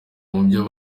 mubyo